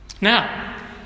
now